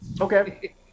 okay